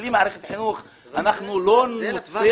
בלי מערכת חינוך אנחנו לא ננצח.